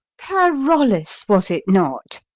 parolles, was it not?